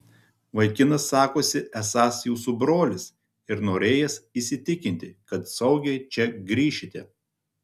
vaikinas sakosi esąs jūsų brolis ir norėjęs įsitikinti kad saugiai čia grįšite